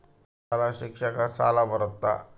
ಶಾಲಾ ಶಿಕ್ಷಣಕ್ಕ ಸಾಲ ಬರುತ್ತಾ?